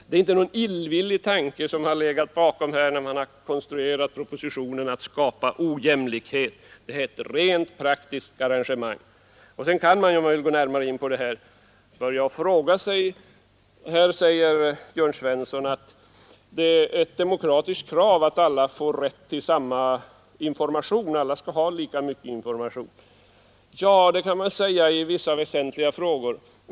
Det är inte någon illvilja som legat bakom här, när man konstruerat propositionen, att skapa ojämlikhet. Det är ett rent praktiskt arrangemang. Jörn Svensson sade att det är ett demokratiskt krav att alla får rätt till samma information; alla skall ha lika mycket information. Ja, det kan man säga när det gäller vissa väsentliga frågor.